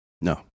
No